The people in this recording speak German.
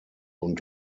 und